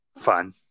fun